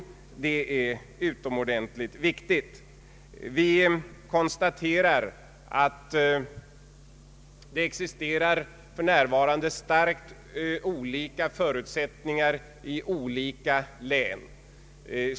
Vi konstaterar att det för närvarande existerar mycket olika förutsättningar i olika län.